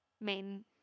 main